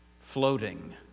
floating